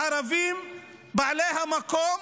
הערבים, בעלי המקום,